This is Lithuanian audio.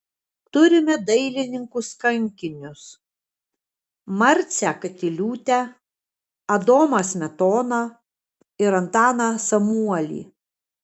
turime dailininkus kankinius marcę katiliūtę adomą smetoną ir antaną samuolį